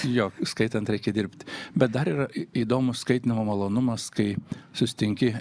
jo skaitant reikia dirbti bet dar yra įdomu skaitymo malonumas kai susitinki